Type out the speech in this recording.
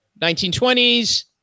1920s